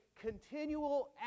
continual